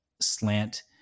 slant